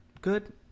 good